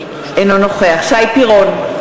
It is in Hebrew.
אינו נוכח שי פירון,